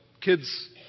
kids